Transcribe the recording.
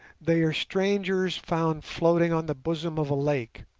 they are strangers found floating on the bosom of a lake.